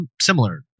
similar